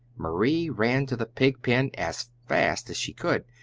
marie ran to the pigpen as fast as, she could